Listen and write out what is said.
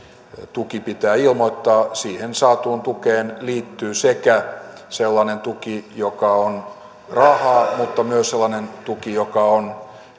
tuki pitää ilmoittaa siihen saatuun tukeen liittyy sellainen tuki joka on rahaa mutta myös sellainen tuki joka on